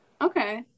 Okay